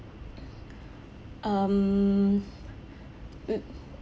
um mm